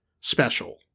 special